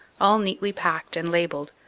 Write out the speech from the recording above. all neatly packed and labelled,